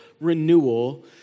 renewal